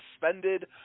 suspended